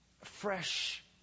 fresh